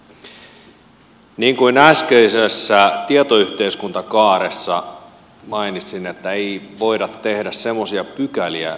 niin kuin äsken tietoyhteiskuntakaaresta mainitsin ei voida tehdä semmoisia pykäliä mitkä hidastavat tai estävät kehitystä tulevaisuudessa